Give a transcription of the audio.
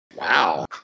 Wow